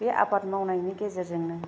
बे आबाद मावनायनि गेजेरजोंनो